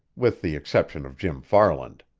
with the exception of jim farland.